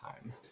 time